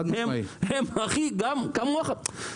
הם כמוך.